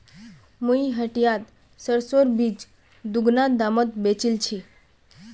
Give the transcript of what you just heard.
मुई हटियात सरसोर बीज दीगुना दामत बेचील छि